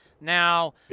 now